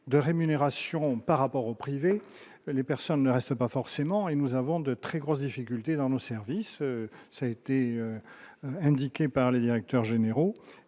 de rémunération par rapport au privé, les personnes ne reste pas forcément, et nous avons de très grosses difficultés dans nos services, ça a été indiqué par les directeurs généraux